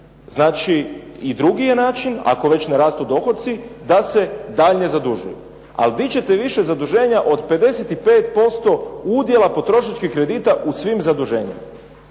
Znači, i drugi je način ako već ne rastu dohoci da se dalje zadužuje. Ali gdje ćete više zaduženja od 55% udjela potrošačkih kredita u svim zaduženjima.